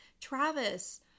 Travis